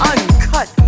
Uncut